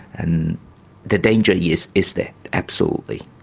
and the danger yeah is is there, absolutely.